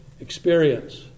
experience